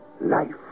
Life